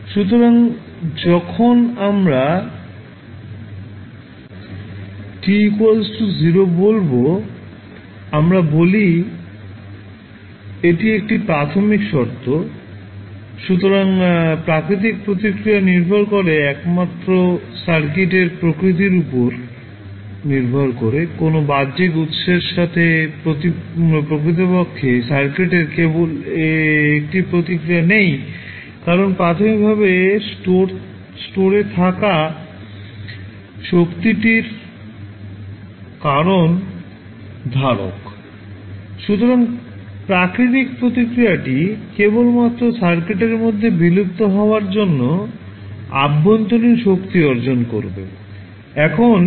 সুতরাং যখন আমরা t 0 বলবো আমরা বলি এটি একটি প্রাথমিক শর্ত সুতরাং প্রাকৃতিক প্রতিক্রিয়া নির্ভর করে একমাত্র সার্কিটের প্রকৃতির উপর নির্ভর করে কোন বাহ্যিক উত্সের সাথে প্রকৃতপক্ষে সার্কিটের কেবল একটি প্রতিক্রিয়া নেই কারণ প্রাথমিকভাবে স্টোর এ থাকা শক্তিটির কারণ ধারক সুতরাং প্রাকৃতিক প্রতিক্রিয়াটি কেবলমাত্র সার্কিটের মধ্যে বিলুপ্ত হওয়ার জন্য অভ্যন্তরীণ শক্তি অর্জন করবে